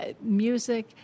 music